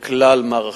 כלל-מערכתית,